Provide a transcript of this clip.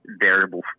variable